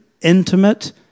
intimate